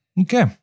Okay